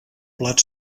plat